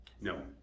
No